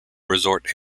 resort